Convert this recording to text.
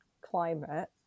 climate